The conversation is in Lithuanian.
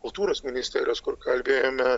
kultūros ministerijos kur kalbėjome